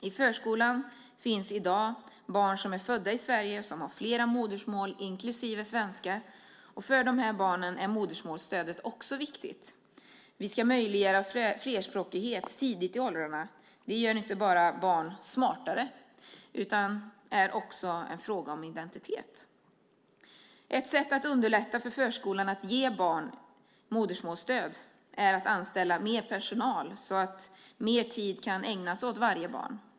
I förskolan finns i dag barn som är födda i Sverige och som har flera modersmål inklusive svenska. För dessa barn är modersmålsstödet också viktigt. Vi ska möjliggöra flerspråkighet tidigt i åldrarna. Det gör barn inte bara smartare utan är också en fråga om identitet. Ett sätt att underlätta för förskolan att ge barn modersmålsstöd är att anställa mer personal så att mer tid kan ägnas åt varje barn.